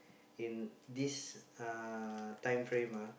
in this uh timeframe ah